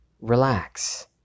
relax